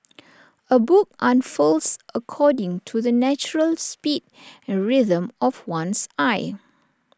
A book unfurls according to the natural speed and rhythm of one's eye